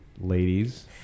Ladies